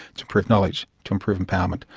to improve knowledge, to improve empowerment,